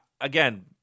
again